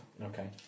Okay